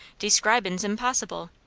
describin's impossible.